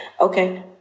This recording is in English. Okay